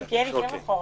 א'.